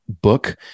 book